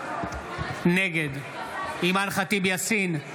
נגד אימאן ח'טיב יאסין,